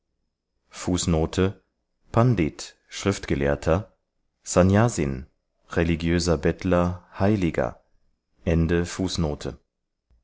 panditpandit schriftgelehrter oder sannyasin sannyasin religiöser bettler heiliger